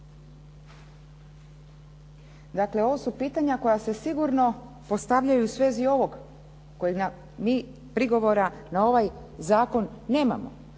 Dakle, ovo su pitanja koja se postavljaju u svezi ovog kojega mi prigovora na ovaj zakon nemamo.